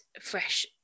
fresh